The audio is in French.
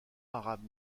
arabe